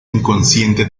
inconsciente